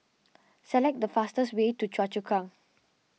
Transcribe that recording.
select the fastest way to Choa Chu Kang